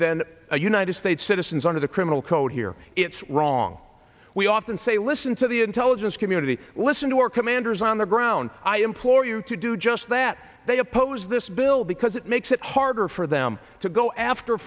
than a united states citizens under the criminal code here it's wrong we often say listen to the intelligence community listen to our commanders on the ground i implore you to do just that they oppose this bill because it makes it harder for them to go after